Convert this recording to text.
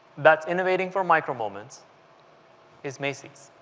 that's innovating for micro moments is macy's.